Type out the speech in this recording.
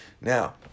Now